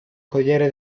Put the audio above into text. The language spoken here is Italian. corriere